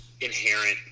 inherent